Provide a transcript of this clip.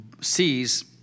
sees